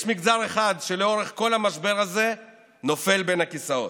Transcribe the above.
יש מגזר אחד שלאורך כל המשבר הזה נופל בין הכיסאות.